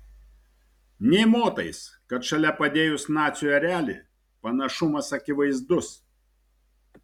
nė motais kad šalia padėjus nacių erelį panašumas akivaizdus